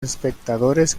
espectadores